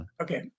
Okay